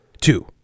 Two